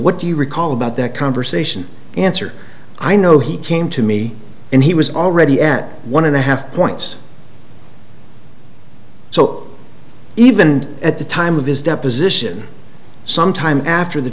what do you recall about that conversation answer i know he came to me and he was already at one and a half points so even at the time of his deposition some time after the